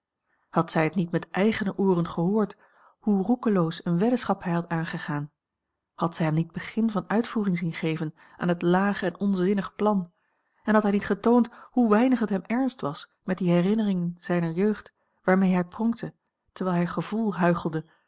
had zij het niet met eigene ooren gehoord hoe roekeloos eene weddenschap hij had aangegaan had zij hem niet begin van uitvoering zien geven aan het laag en onzinnig plan en had hij niet getoond hoe weinig het hem ernst was met die herinneringen zijner jeugd waarmee hij pronkte terwijl hij gevoel